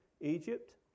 Egypt